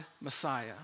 Messiah